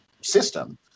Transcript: system